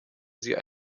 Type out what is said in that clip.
sie